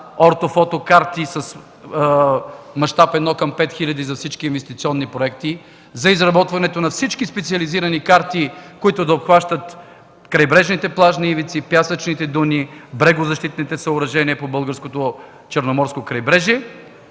ортофотокарти с мащаб 1:5000 за всички инвестиционни проекти; за изработването на всички специализирани карти, които да обхванат крайбрежните плажни ивици, пясъчните дюни, брегозащитните съоръжения по българското Черноморско крайбрежие.